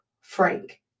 Frank